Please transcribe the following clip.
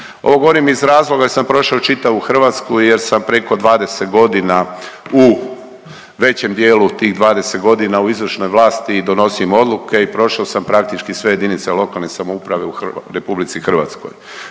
Ovo govorim iz razloga jer sam prošao čitavu Hrvatsku jer sam preko 20.g., u većem dijelu tih 20.g. u izvršnoj vlasti i donosim odluke i prošao sam praktički sve JLS u RH. Tu imamo našeg kolegu iz Draža